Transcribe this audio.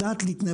יודעת להתנהל.